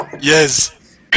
Yes